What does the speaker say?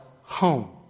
home